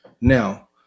Now